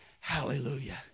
Hallelujah